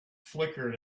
flickered